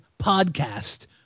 podcast